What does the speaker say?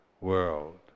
world